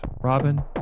Robin